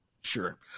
Sure